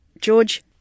George